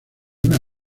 una